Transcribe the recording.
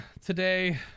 today